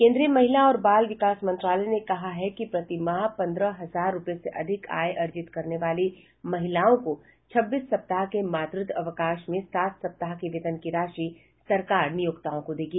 केन्द्रीय महिला और बाल विकास मंत्रालय ने कहा है कि प्रतिमाह पन्द्रह हजार रुपये से अधिक आय अर्जित करने वाली महिलाओं को छब्बीस सप्ताह के मातृत्व अवकाश में सात सप्ताह के वेतन की राशि सरकार नियोक्ताओं को देगी